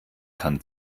kann